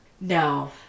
No